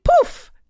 poof